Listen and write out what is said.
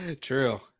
True